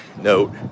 note